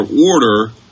order